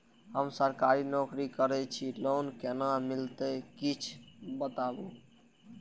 हम सरकारी नौकरी करै छी लोन केना मिलते कीछ बताबु?